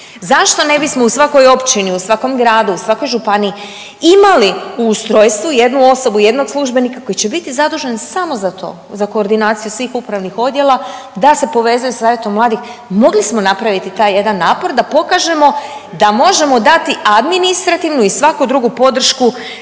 Zašto ne bismo u svakoj općini, u svakom gradu, u svakoj županiji imali u ustrojstvu jednu osobu, jednog službenika koji će biti zadužen samo za to? Za koordinaciju svih upravnih odjela da se povezuje sa savjetom mladih? Mogli smo napraviti taj jedan napor da pokažemo da možemo dati administrativnu i svaku drugu podršku